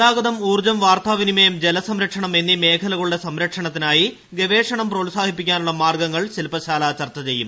ഗതാഗതം ഊർജ്ജം വാർത്താവിനിമയം ജലസംരക്ഷണം എന്നീ മേഖലകളുടെ സംരക്ഷണത്തിനായി ഗവേഷണം പ്രോത്സാഹിപ്പിക്കാനുള്ള മാർഗ്ഗങ്ങൾ ശില്പശാല ചർച്ച ചെയ്യും